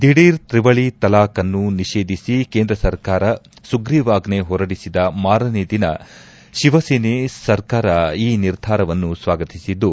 ದಿಢೀರ್ ತ್ರಿವಳಿ ತಲಾಕ್ನ್ನು ನಿಷೇಧಿಸಿ ಕೇಂದ್ರ ಸರ್ಕಾರ ಸುಗ್ರಿವಾಜ್ಞೆ ಹೊರಡಿಸಿದ ಮಾರನೆ ದಿನ ಶಿವಸೇನೆ ಸರ್ಕಾರ ಈ ನಿರ್ಧಾರವನ್ನು ಸ್ವಾಗತಿಸಿದ್ದು